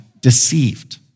deceived